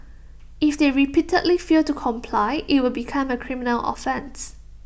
if they repeatedly fail to comply IT will become A criminal offence